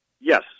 yes